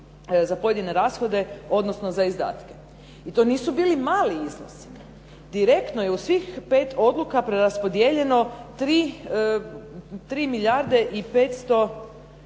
za pojedine rashode, odnosno za izdatke. I to nisu bili mali iznosi. Direktno je u svih pet odluka preraspodijeljeno tri milijarde i 585 milijuna